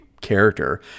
character